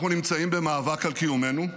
אנחנו נמצאים במאבק על קיומנו.